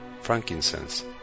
frankincense